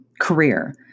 career